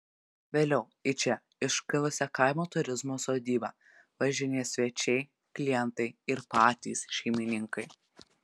vėliau į čia iškilusią kaimo turizmo sodybą važinės svečiai klientai ir patys šeimininkai